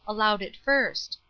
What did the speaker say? allowed it first.